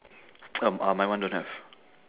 um ah my one don't have